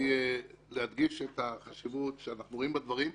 להדגיש את החשיבות שאנחנו רואים בדברים.